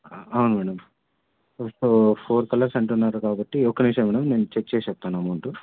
అవును madam so four colours అంటున్నారు కాబట్టి ఒక నిషయం మేడం నేను చెక్ చేసేప్తాను అమౌంట్